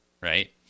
right